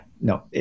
no